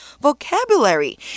vocabulary